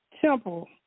temple